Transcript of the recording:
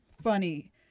funny